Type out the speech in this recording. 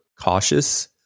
cautious